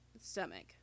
Stomach